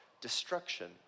destruction